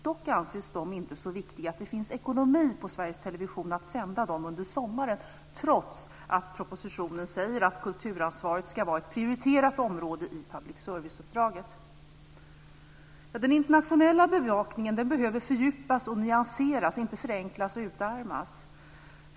Dock anses de inte så viktiga att det finns ekonomi på Sveriges Television för att sända dem under sommaren, trots att propositionen säger att kulturansvaret ska vara ett prioriterat område i public service-uppdraget. Den internationella bevakningen behöver fördjupas och nyanseras, inte förenklas och utarmas.